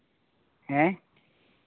ᱦᱮᱸ